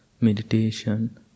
meditation